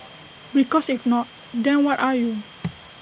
because if not then what are you